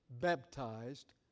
baptized